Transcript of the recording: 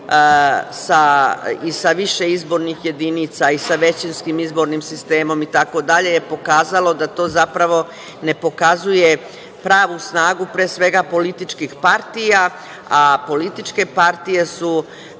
i sa više izbornih jedinica, i sa većinskim zbornim sistemom i tako dalje je pokazalo da to zapravo ne pokazuje pravu snagu, pre svega, političkih partija, a političke partije su